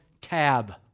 Tab